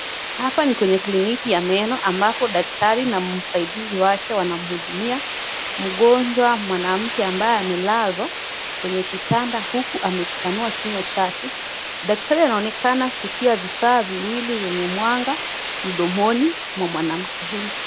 Hapa ni kwenye kliniki ya meno ambapo daktari na msaidizi wake wanamhudumia mgonjwa mwanamke ambaye amelazwa kwenye kitanda huku amekipanua kinywa chake. Daktari anaonekana kutia vifaa viwili vyenye mwanga mdomoni mwa mwanamke huyu.